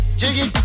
jiggy